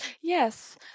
Yes